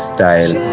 Style